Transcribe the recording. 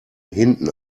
hinten